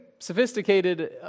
sophisticated